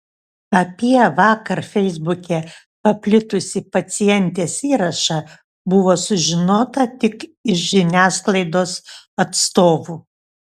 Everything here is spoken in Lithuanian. apie vakar feisbuke paplitusį pacientės įrašą buvo sužinota tik iš žiniasklaidos atstovų